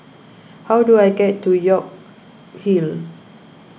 how do I get to York Hill